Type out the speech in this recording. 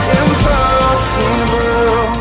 impossible